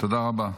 תודה רבה.